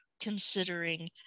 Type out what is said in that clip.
considering